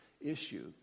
issue